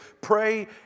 Pray